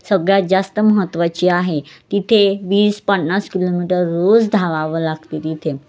सगळ्यात जास्त महत्त्वाची आहे तिथे वीस पन्नास किलोमीटर रोज धावावं लागते तिथे